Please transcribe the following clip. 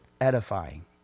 edifying